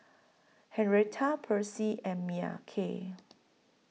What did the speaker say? Henrietta Percy and Mykel